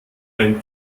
ein